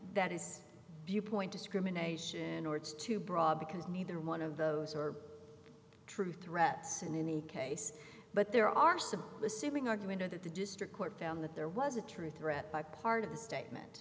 that is viewpoint discrimination or it's too broad because neither one of those are true threats in any case but there are some assuming arguendo that the district court found that there was a true threat by part of the statement